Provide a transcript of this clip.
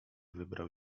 wybrał